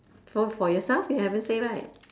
so for yourself you haven't say right